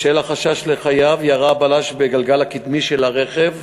בשל החשש לחייו ירה הבלש בגלגל הקדמי של הרכב